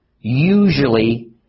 usually